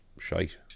Shite